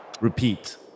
repeat